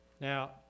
Now